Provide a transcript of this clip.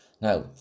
Now